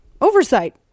oversight